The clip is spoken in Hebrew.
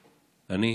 / אני